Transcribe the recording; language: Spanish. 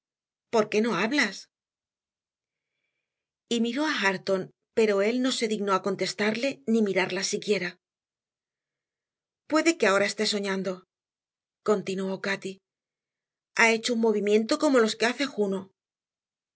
por qué no hablas y miró a hareton pero él no se dignó contestarle ni mirarla siquiera puede que ahora esté soñando continuó cati ha hecho un movimiento como los que hace juno